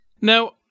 now